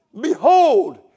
Behold